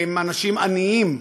אנשים עניים,